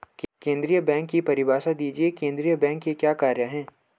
केंद्रीय बैंक की परिभाषा दीजिए केंद्रीय बैंक के क्या कार्य हैं?